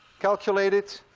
calculated,